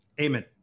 Amen